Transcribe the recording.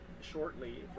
shortly